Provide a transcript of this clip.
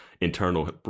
internal